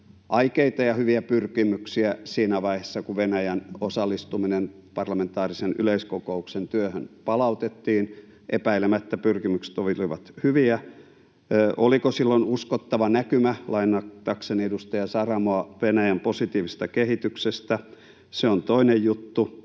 aikeita ja hyviä pyrkimyksiä siinä vaiheessa, kun Venäjän osallistuminen parlamentaarisen yleiskokouksen työhön palautettiin. Epäilemättä pyrkimykset olivat hyviä. Se, oliko silloin ”uskottava näkymä”, lainatakseni edustaja Saramoa Venäjän positiivisesta kehityksestä, on toinen juttu.